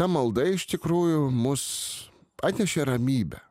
ta malda iš tikrųjų mus atnešė ramybę